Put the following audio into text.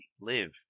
live